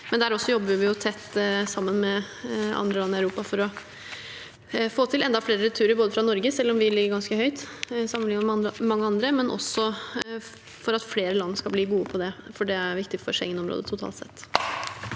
– også der – tett sammen med andre land i Europa både for å få til enda flere returer fra Norge, selv om vi ligger ganske høyt sammenlignet med mange andre, og også for at flere land skal bli gode på det. Det er viktig for Schengen-området totalt sett.